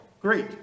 Great